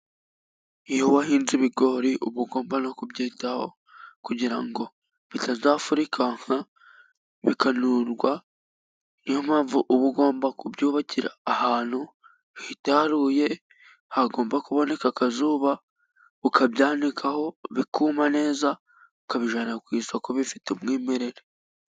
Iyo wahinze ibigori uba ugomba no kubyitaho kugira ngo bitazafurikananka bikanundwa. Niyo mpamvu uba ugomba kubyubakira ahantu hahitaruye hagomba kuboneka akazuba, ukabyanikaho bikuma neza, ukabijyana ku isoko bifite umwimerere.